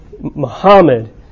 Muhammad